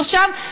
תושב,